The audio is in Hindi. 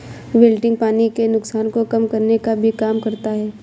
विल्टिंग पानी के नुकसान को कम करने का भी काम करता है